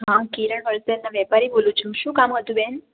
હા કિરણ હોલસેલના વેપારી બોલું છું શું કામ હતું બેન